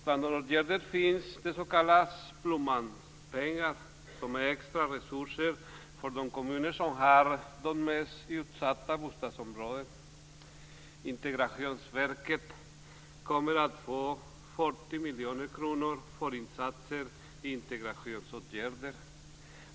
Bland åtgärderna finns de s.k. Blommanpengarna som är extra resurser för de kommuner som har de mest utsatta bostadsområdena. Integrationsverket kommer att få 40 miljoner kronor för integrationsåtgärder.